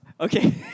Okay